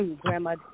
Grandma